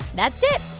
that's it.